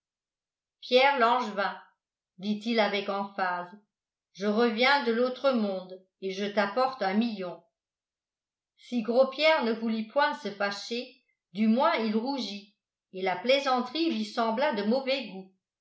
pierre langevin dit-il avec emphase je reviens de l'autre monde et je t'apporte un million si gros pierre ne voulut point se fâcher du moins il rougit et la plaisanterie lui sembla de mauvais goût